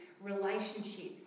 relationships